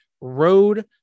road